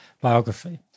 biography